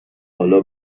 حالا